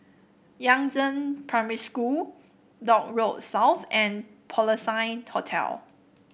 Yangzheng Primary School Dock Road South and Porcelain Hotel